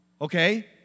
okay